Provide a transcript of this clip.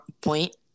point